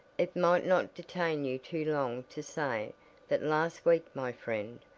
it might not detain you too long to say that last week my friend,